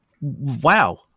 wow